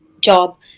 job